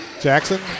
Jackson